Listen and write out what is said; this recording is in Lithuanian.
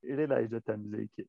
ir įleidžia temzę iki